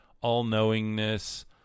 all-knowingness